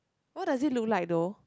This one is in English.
what does it look like though